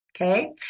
Okay